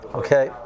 okay